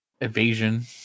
evasion